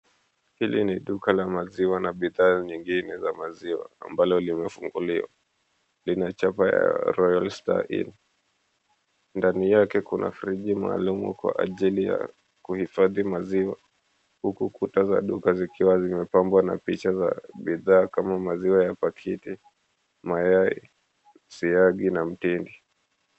Hili ni duka la maziwa na bidhaa nyingine za maziwa ambalo limefunguliwa. Lina chapa ya, Royal Star Inn. Ndani yake kuna friji maalum kwa ajili ya kuhifadhi maziwa. Huku kuta za duka zikiwa zimepambwa na picha za bidhaa kama maziwa ya pakiti, mayai ,siagi na mpini.